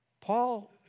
Paul